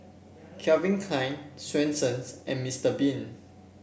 Calvin Klein Swensens and Mister Bean